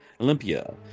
Olympia